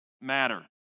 matter